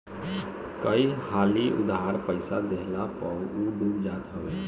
कई हाली उधार पईसा देहला पअ उ डूब जात हवे